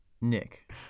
Nick